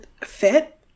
fit